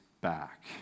back